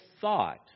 thought